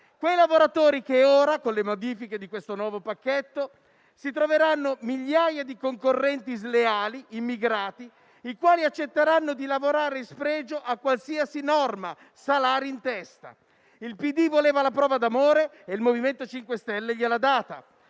quei lavoratori che ora, con le modifiche di questo nuovo pacchetto, si troveranno migliaia di concorrenti sleali, immigrati, i quali accetteranno di lavorare in spregio a qualsiasi norma, salari in testa. Il PD voleva la prova d'amore e il MoVimento 5 Stelle gliel'ha data.